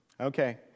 Okay